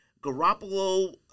Garoppolo